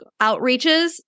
outreaches